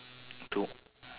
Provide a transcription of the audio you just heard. to